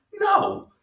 No